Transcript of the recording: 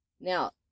Now